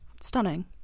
stunning